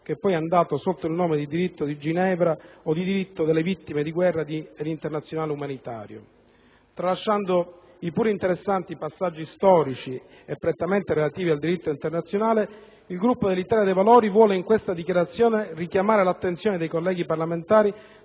che poi è andato sotto il nome di Diritto di Ginevra, o Diritto delle vittime di guerra e internazionale umanitario. Tralasciando i pur interessanti passaggi storici e prettamente relativi al diritto internazionale, il Gruppo dell'Italia dei Valori vuole, in questa dichiarazione, richiamare l'attenzione dei colleghi parlamentari